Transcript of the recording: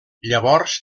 llavors